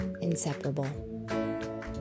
inseparable